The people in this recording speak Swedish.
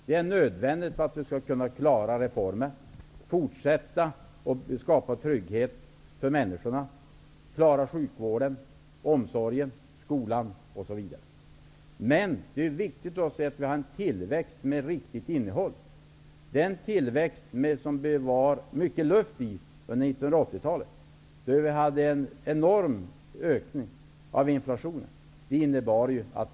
Det är nödvändigt för att vi skall kunna klara reformen, fortsätta att skapa trygghet för människorna, klara sjukvården, omsorgen, skolan osv. Men det är också viktigt att vi har en tillväxt med riktigt innehåll. Den tillväxt som vi hade under 1980-talet var det mycket luft i. Vi hade då en enorm ökning av inflationen.